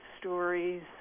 stories